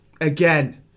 again